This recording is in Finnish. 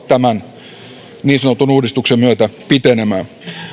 tämän niin sanotun uudistuksen myötä pitenemään